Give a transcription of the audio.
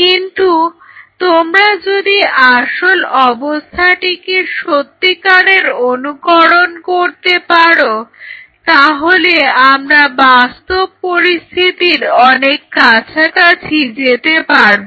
কিন্তু তোমরা যদি আসল অবস্থাটিকে সত্যিকারের অনুকরণ করতে পারো তাহলে আমরা বাস্তব পরিস্থিতির অনেক কাছাকাছি যেতে পারবো